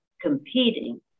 competing